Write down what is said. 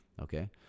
Okay